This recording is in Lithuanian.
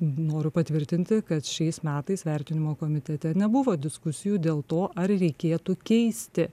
noriu patvirtinti kad šiais metais vertinimo komitete nebuvo diskusijų dėl to ar reikėtų keisti